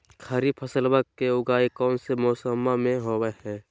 खरीफ फसलवा के उगाई कौन से मौसमा मे होवय है?